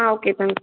ah okay thanks